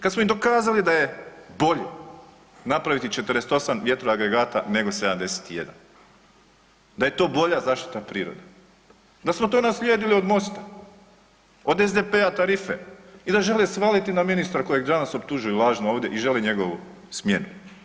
Kad smo im dokazali da je bolje napraviti 48 vjetroagregata nego 71, da je to bolja zaštita prirode, da smo to naslijedili od MOST-a, od SDP-a tarife i da žele svaliti na ministra kojeg danas optužuju lažno ovdje i žele njegovu smjenu.